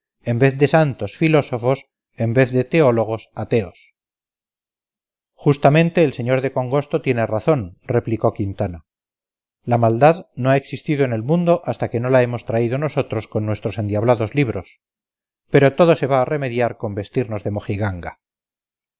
en vez de santos filósofos en vez de teólogos ateos justamente el sr de congosto tiene razón replicó quintana la maldad no ha existido en el mundo hasta que no la hemos traído nosotros con nuestros endiablados libros pero todo se va a remediar con vestirnos de mojiganga